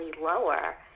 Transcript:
lower